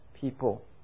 people